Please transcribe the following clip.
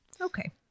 Okay